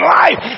life